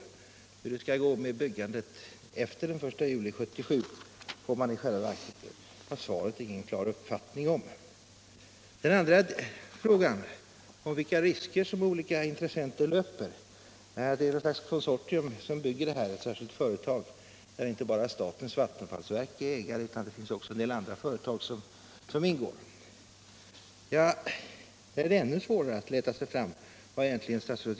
I Hur det skall gå med byggandet efter den 1 juli 1977 får vi i själva - Om den framtida verket ingen klar uppfattning om. sysselsättningen för Beträffande den andra frågan, vilka risker olika intressenter löper —= anställda vid det är ett konsortium som bygger kraftverket, ett särskilt företag där kärnkraftsbyggen, inte bara statens vattenfallsverk är ägare utan där också en del andra = m.m. företag ingår — är det ännu svårare att förstå vad herr Johansson egentligen menar.